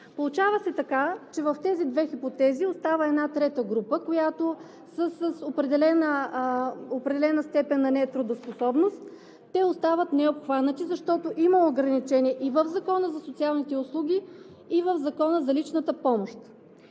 Получава се така, че в тези две хипотези остава една трета група, която е с определена степен на нетрудоспособност, остават необхванати, защото има ограничение и в Закона за социалните услуги, и в Закона за личната помощ.